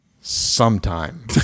sometime